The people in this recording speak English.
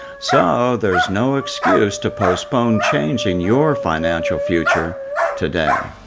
so, there's no excuse to postpone changing your financial future today.